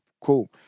cool